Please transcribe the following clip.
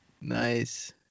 Nice